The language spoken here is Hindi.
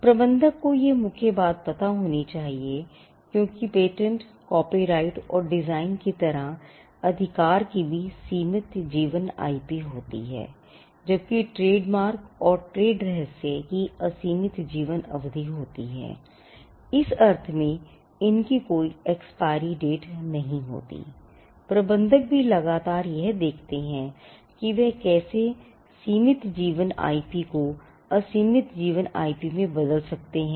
प्रबंधक को यह मुख्य बात पता होनी चाहिए क्योंकि पेटेंट कॉपीराइट और डिजाइन की तरह अधिकार की भी सीमित जीवन आईपी में बदल सकते हैं